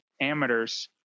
amateurs